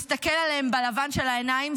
ומסתכל עליהם בלבן של העיניים.